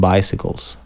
Bicycles